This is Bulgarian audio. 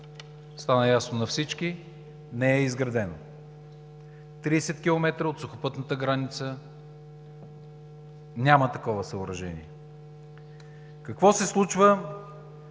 Стана ясно на всички – не е изградено. Тридесет километра от сухопътната граница няма такова съоръжение. Какво се случва